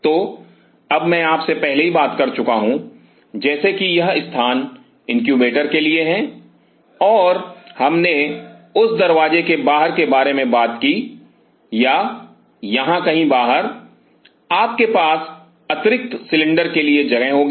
तो अब मैं आपसे पहले ही बात कर चुका हूं जैसे कि यह स्थान इनक्यूबेटर के लिए हैं और हमने उस दरवाजे के बाहर के बारे में बात की या यहाँ कहीं बाहर आपके पास अतिरिक्त सिलेंडर के लिए जगह होगी